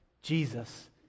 Jesus